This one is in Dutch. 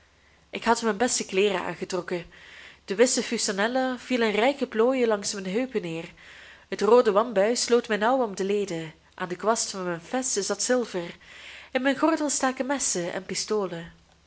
ik had mijn beste kleeren aangetrokken de witte fustanella viel in rijke plooien langs mijn heupen neer het roode wambuis sloot mij nauw om de leden aan den kwast van mijn fez zat zilver in mijn gordel staken messen en pistolen